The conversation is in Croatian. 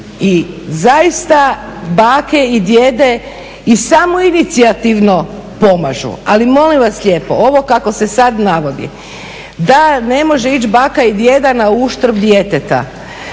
i zaista bake i djede i samoinicijativno pomažu, ali molim vas lijepo, ovo kako se sada navodi, da ne može ići baka i djeda na uštrb djeteta.